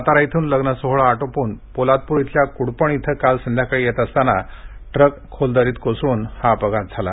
सातारा इथून लग्नसोहळा आटोपून पोलादपूर इथल्या कुडपण इथं काल संध्याकाळी येत असताना ट्रक खोल दरीत कोसळून हा अपघात झाला